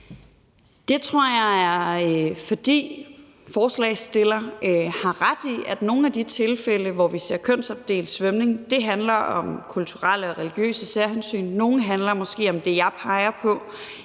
at ordføreren for forslagsstillerne har ret i, at i nogle af de tilfælde, hvor vi ser kønsopdelt svømning, handler det om kulturelle og religiøse særhensyn. I nogle tilfælde handler det måske om det, jeg peger på